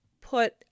put